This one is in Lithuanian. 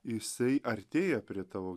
jisai artėja prie tavo